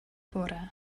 bore